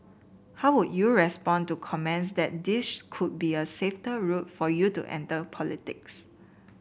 how would you respond to comments that this could be a safer route for you to enter politics